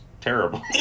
terrible